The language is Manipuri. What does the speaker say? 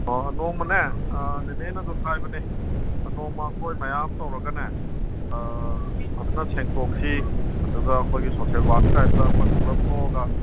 ꯑꯥ ꯅꯣꯡꯃꯅꯦ ꯅꯦꯅꯦꯅꯁꯨ ꯍꯥꯏꯕꯅꯦ ꯅꯣꯡꯃ ꯑꯩꯈꯣꯏ ꯃꯌꯥꯝ ꯇꯧꯔꯒꯅꯦ ꯐꯖꯅ ꯁꯦꯡꯇꯣꯛꯁꯤ ꯑꯗꯨꯒ ꯑꯩꯈꯣꯏꯒꯤ ꯁꯣꯁꯦꯜ ꯋꯥꯛ ꯇꯥꯏꯞꯇ ꯑꯩꯈꯣꯏ ꯄꯨꯂꯞ ꯊꯣꯛꯑꯒ